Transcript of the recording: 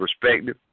perspective